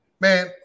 Man